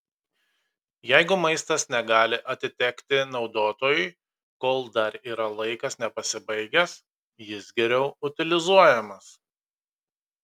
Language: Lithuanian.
jeigu maistas negali atitekti naudotojui kol dar yra laikas nepasibaigęs jis geriau utilizuojamas